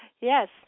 Yes